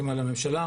לממשלה,